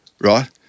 right